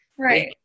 Right